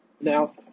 Now